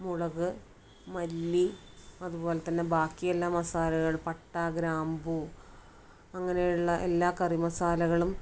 മുളക് മല്ലി അതുപോലെ തന്നെ ബാക്കിയുള്ള മസാലകൾ പട്ട ഗ്രാമ്പൂ അങ്ങനെയുള്ള എല്ലാ കറി മസാലകളും